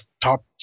top